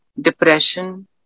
depression